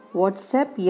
whatsapp